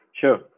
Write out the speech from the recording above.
Sure